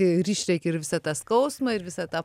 ir išrėki ir visą tą skausmą ir visą tą